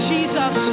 Jesus